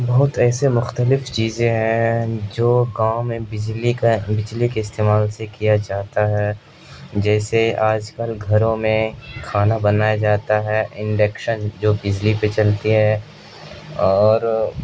بہت ایسے مختلف چیزیں ہیں جو گاؤں میں بجلی کا بجلی کے استعمال سے کیا جاتا ہے جیسے آج کل گھروں میں کھانا بنایا جاتا ہے انڈکشن جو بجلی پہ چلتی ہے اور